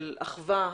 של אחווה,